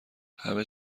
همه